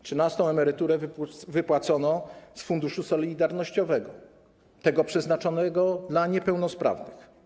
Trzynastą emeryturę wypłacono z funduszu solidarnościowego, tego przeznaczonego na niepełnosprawnych.